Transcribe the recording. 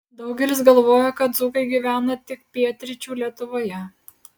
daugelis galvoja kad dzūkai gyvena tik pietryčių lietuvoje